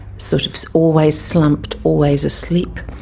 sort of so always slumped, always asleep.